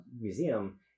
museum